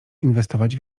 inwestować